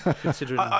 Considering